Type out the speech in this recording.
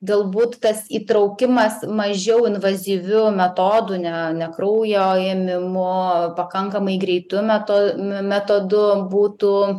galbūt tas įtraukimas mažiau invazyviu metodu ne ne kraujo ėmimu pakankamai greitu meto metodu būtų